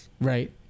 Right